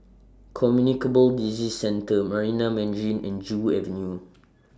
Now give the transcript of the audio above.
Communicable Disease Centre Marina Mandarin and Joo Avenue